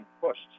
pushed